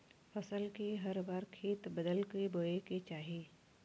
फसल के हर बार खेत बदल क बोये के चाही